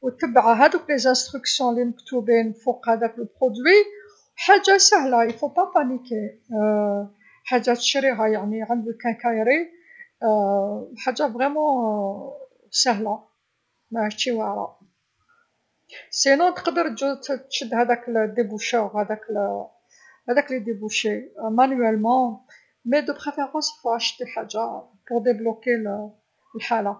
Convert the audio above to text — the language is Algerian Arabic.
و تبع هاذوك تعليمات لمكتوبين فوق هذاك المنتج، حاجه ساهله ملازمش تنخلع حاجه تشريها يعني عند كنكايري حاجه صح ساهله مشي واعره، و لا تقدر تجو تشد هذاك ديبوشار هذاك ليديبوشي يدويا، لكن من الأفضل يلزم تشري حاجه باش تفتح الحاله.